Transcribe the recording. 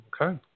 Okay